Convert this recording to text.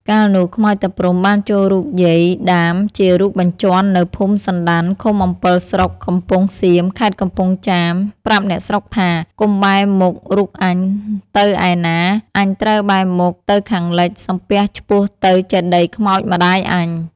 កាលនោះ ខ្មោចតាព្រហ្ម បានចូលរូបយាយដាមជារូបបញ្ជាន់នៅភូមិសណ្ដាន់ឃុំអម្ពិលស្រុក កំពង់សៀម ខេត្តកំពង់ចាម ប្រាប់អ្នកស្រុកថា កុំបែរមុខរូបអញទៅឯណា អញត្រូវបែរមុខទៅខាងលិច សំពះឆ្ពោះទៅចេតិយខ្មោចម្ដាយអញ ។